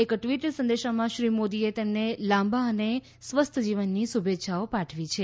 એક ટ્વીટ સંદેશમાં શ્રી મોદીએ તેમને લાંબા અને સ્વસ્થ જીવનની શુભેચ્છાઓ પાઠવી છે